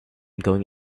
going